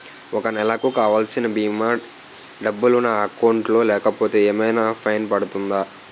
ఒక నెలకు కావాల్సిన భీమా డబ్బులు నా అకౌంట్ లో లేకపోతే ఏమైనా ఫైన్ పడుతుందా?